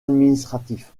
administratif